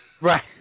Right